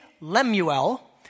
Lemuel